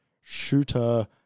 shooter